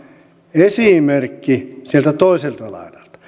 esimerkki sieltä toiselta laidalta